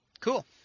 Cool